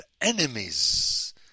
enemies